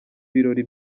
birori